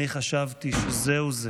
אני חשבתי שזהו זה,